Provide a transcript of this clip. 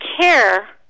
care